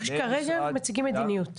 כרגע מציגים מדיניות.